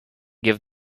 give